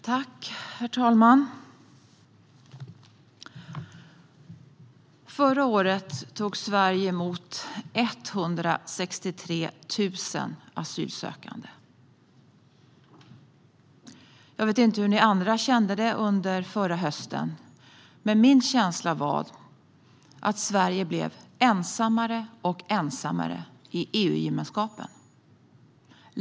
Herr talman! Förra året tog Sverige emot 163 000 asylsökande. Jag vet inte hur ni andra kände det under förra hösten. Men min känsla var att Sverige blev ensammare och ensammare i EU-gemenskapen.